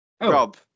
Rob